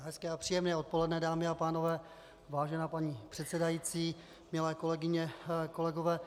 Hezké a příjemné odpoledne, dámy a pánové, vážená paní předsedající, milé kolegyně a kolegové.